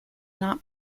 not